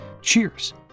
Cheers